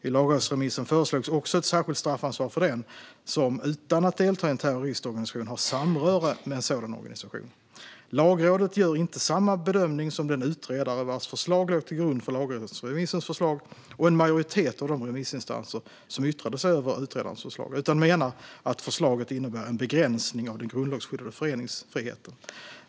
I lagrådsremissen föreslogs också ett särskilt straffansvar för den som utan att delta i en terroristorganisation har samröre med en sådan organisation. Lagrådet gör inte samma bedömning som den utredare vars förslag låg till grund för lagrådsremissens förslag och en majoritet av de remissinstanser som yttrade sig över utredarens förslag utan menar att förslaget innebär en begränsning av den grundlagsskyddade föreningsfriheten.